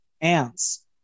ants